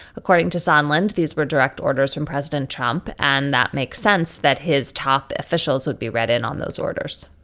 according to sunland, these were direct orders from president trump. and that makes sense that his top officials would be read in on those orders